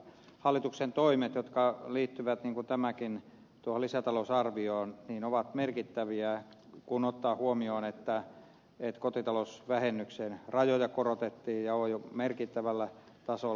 hallituksen toimet jotka liittyvät niin kuin tämäkin tuohon lisätalousarvioon ovat merkittäviä kun ottaa huomioon että kotitalousvähennyksen rajoja korotettiin ja ollaan jo merkittävällä tasolla